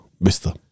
Vista